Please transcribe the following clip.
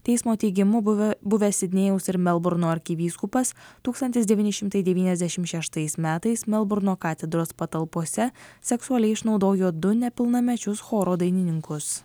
teismo teigimu buvę buvęs sidnėjaus ir melburno arkivyskupas tūkstantis devyni šimtai devyniasdešimt šeštais metais melburno katedros patalpose seksualiai išnaudojo du nepilnamečius choro dainininkus